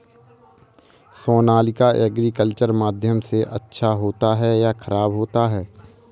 Sonalika agriculture माध्यम से अच्छा होता है या ख़राब होता है?